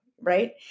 right